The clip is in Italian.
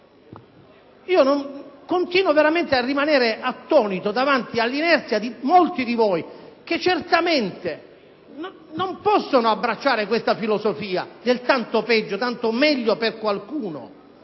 Continuo veramente a rimanere attonito davanti all'inerzia di molti di voi, che certamente non possono abbracciare questa filosofia del tanto peggio, tanto meglio per qualcuno.